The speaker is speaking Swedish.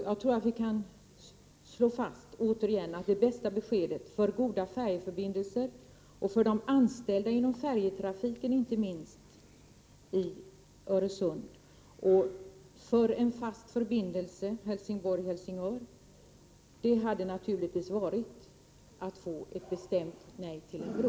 Jag tror att vi återigen kan slå fast att det bästa beskedet för goda färjeförbindelser, och inte minst för de anställda inom färjetrafiken över Öresund samt när det gäller en fast förbindelse Helsingborg-Helsingör, naturligtvis hade varit att få ett bestämt nej till en bro.